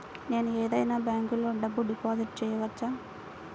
నేను ఏదైనా బ్యాంక్లో డబ్బు డిపాజిట్ చేయవచ్చా?